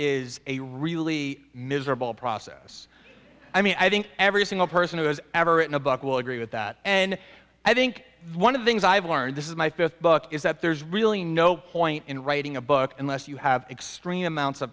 is a really miserable process i mean i think every single person who has ever written a book will agree with that and i think one of the things i've learned this is my fifth book is that there's really no point in writing a book unless you have extreme amounts of